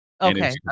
okay